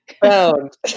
found